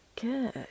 good